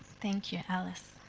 thank you, alice.